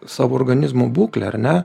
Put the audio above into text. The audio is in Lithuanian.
savo organizmo būklę ar ne